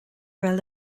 bheith